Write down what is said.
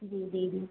जी दीदी